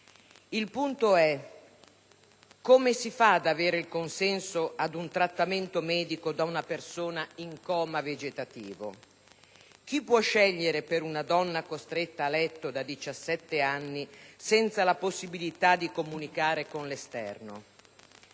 Il punto è: come si fa ad avere il consenso ad un trattamento medico da una persona in coma vegetativo? Chi può scegliere per una donna costretta a letto da 17 anni senza la possibilità di comunicare con l'esterno?